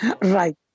Right